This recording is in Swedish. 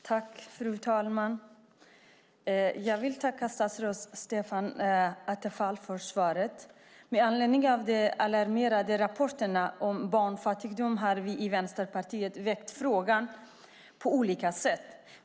Fru talman! Jag vill tacka statsrådet Stefan Attefall för svaret. Med anledning av de alarmerande rapporterna om barnfattigdom har vi i Vänsterpartiet väckt frågan på olika sätt.